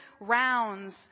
rounds